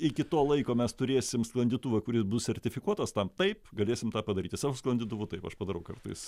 iki to laiko mes turėsim sklandytuvą kuris bus sertifikuotas tam taip galėsim tą padaryti savo sklandytuvu taip aš padarau kartais